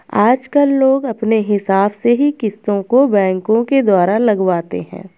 आजकल लोग अपने हिसाब से ही किस्तों को बैंकों के द्वारा लगवाते हैं